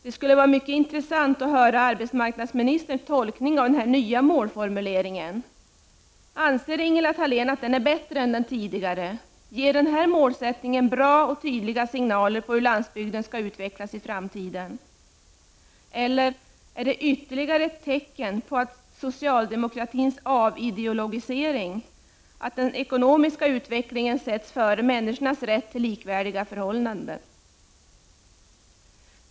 Det skulle vara mycket intressant att få höra arbetsmarknadsministerns tolkning av denna nya målformulering. Anser Ingela Thalén att den är bättre än den tidigare? Ger denna målsättning bra och tydliga signaler om hur landsbygden skall utvecklas i framtiden? Eller är det här ytterligare ett tecken på socialdemokratins avideologisering — att den ekonomiska utvecklingen sätts före människornas rätt till likvärdiga förhållanden?